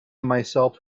myself